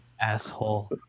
asshole